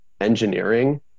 engineering